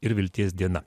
ir vilties diena